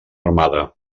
armada